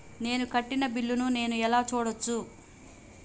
నేను కట్టిన బిల్లు ను నేను ఎలా చూడచ్చు?